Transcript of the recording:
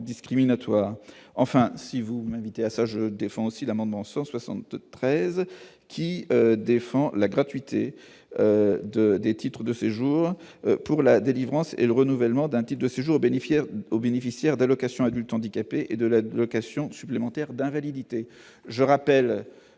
discriminatoire, enfin si vous m'invitez à ça, je défends aussi l'amendement 173 qui défend la gratuité de des titres de séjour pour la délivrance et le renouvellement d'un type de séjour bénéficiaire aux bénéficiaires d'allocation adulte handicapé et de la location supplémentaire d'invalidité, je rappelle